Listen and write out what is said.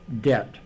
debt